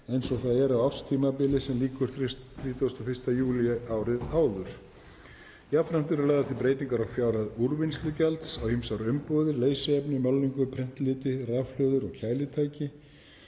eins og það er á árstímabili sem lýkur 31. júlí árið áður. Jafnframt eru lagðar til breytingar á fjárhæð úrvinnslugjalds á ýmsar umbúðir, leysiefni, málningu, prentliti, rafhlöður og kælitæki.